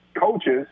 coaches